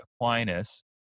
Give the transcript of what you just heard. Aquinas